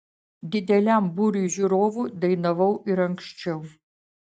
dideliam būriui žiūrovų dainavau ir anksčiau